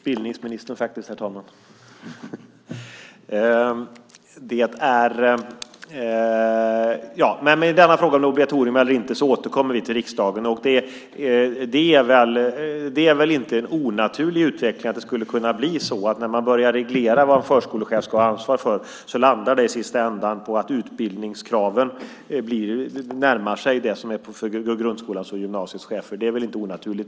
Herr talman! Vi återkommer till riksdagen i frågan om obligatorium eller inte. Det är väl inte en onaturlig utveckling när man börjar reglera vad en förskolechef ska ha ansvar för att det i sista ändan landar på att utbildningskraven närmar sig dem som gäller för grundskolans och gymnasieskolans chefer.